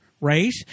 Right